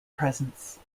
presence